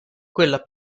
quella